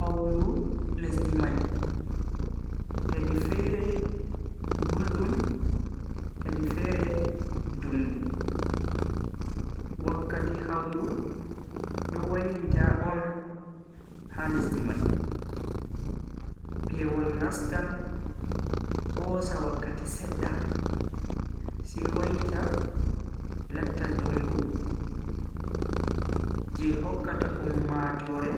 Hawlu lesdi mai hedi fere guldum hedi fere dungu. Wakkati hawlu do wailita on ha lesdi mai. pewol nastan hosa Wakkati sedda sai wailita latta dungu je hokkata ummatoore